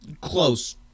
close